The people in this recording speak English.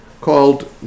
called